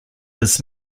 his